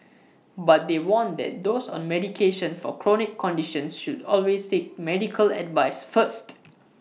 but they warn that those on medication for chronic conditions should always seek medical advice first